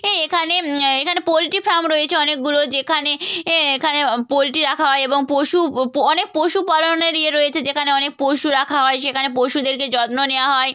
এই এখানে এখানে পোলট্রি ফার্ম রয়েছে অনেকগুলো যেখানে এ এখানে পোলট্রি রাখা হয় এবং পশু ও অনেক পশুপালনের ইয়ে রয়েছে যেখানে অনেক পশু রাখা হয় সেখানে পশুদেরকে যত্ন নেওয়া হয়